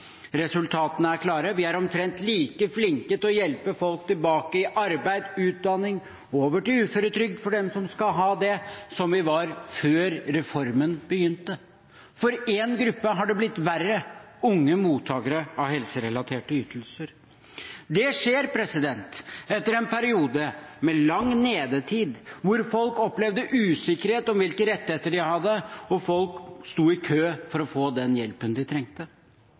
Resultatene er klare. Vi er omtrent like flinke til å hjelpe folk tilbake i arbeid, utdanning eller over til uføretrygd for dem som skal ha det, som vi var før reformen ble innført. For én gruppe har det blitt verre: unge mottakere av helserelaterte ytelser. Det skjer etter en periode med lang nedetid, hvor folk opplevde usikkerhet om hvilke rettigheter de hadde, og folk sto i kø for å få den hjelpen de trengte.